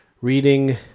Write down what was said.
reading